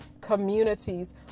communities